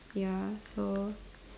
ya so